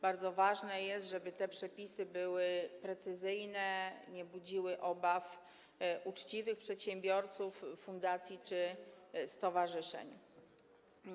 Bardzo ważne jest, żeby te przepisy były precyzyjne, nie budziły obaw uczciwych przedsiębiorców, fundacji czy stowarzyszeń.